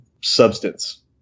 substance